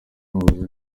amubaza